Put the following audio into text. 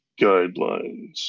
guidelines